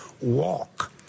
walk